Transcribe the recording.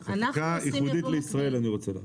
חקיקה ייחודית לישראל אני רוצה.